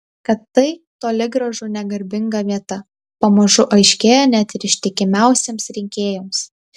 kad tai toli gražu ne garbinga vieta pamažu aiškėja net ir ištikimiausiems rinkėjams